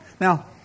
Now